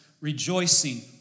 rejoicing